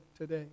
today